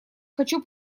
хочу